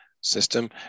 system